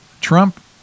Trump